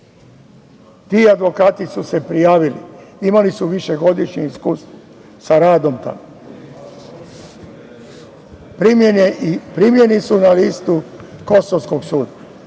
Ti advokati su prijavili, imali su više godišnje iskustvo sa radom tamo. Primljeni su na listu kosovskog